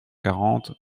quarante